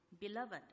Beloved